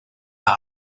isle